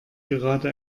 gerade